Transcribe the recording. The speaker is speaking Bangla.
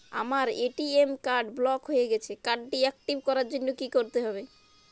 আমার এ.টি.এম কার্ড ব্লক হয়ে গেছে কার্ড টি একটিভ করার জন্যে কি করতে হবে?